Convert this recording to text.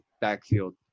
backfield